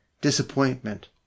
disappointment